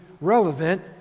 relevant